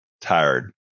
tired